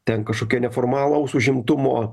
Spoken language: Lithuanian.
ten kažkokie neformalaus užimtumo